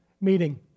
meeting